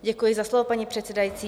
Děkuji za slovo, paní předsedající.